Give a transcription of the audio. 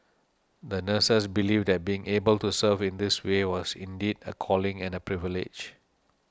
the nurses believed that being able to serve in this way was indeed a calling and a privilege